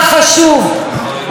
הוא צורך קיומי.